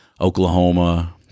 Oklahoma